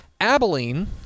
Abilene